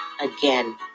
again